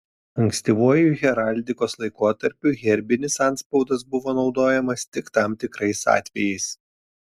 ankstyvuoju heraldikos laikotarpiu herbinis antspaudas buvo naudojimas tik tam tikrais atvejais